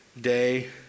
day